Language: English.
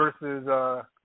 versus –